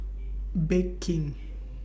Bake King